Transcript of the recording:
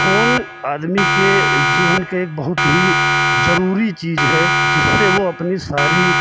phone आदमी के जीवन के एक बहुत ही जरुरी चीज है जिससे वो अपनी सारी